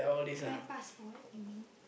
my passport you mean